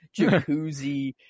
jacuzzi